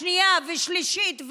שנייה ושלישית,